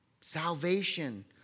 Salvation